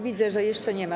Widzę, że jeszcze nie ma.